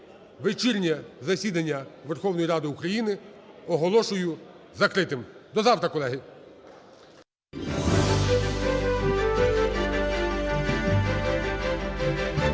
Вечірнє засідання Верховної Ради України оголошую закритим. До завтра, колеги.